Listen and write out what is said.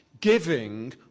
giving